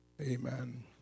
Amen